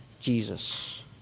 Jesus